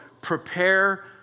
prepare